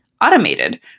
Automated